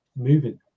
moving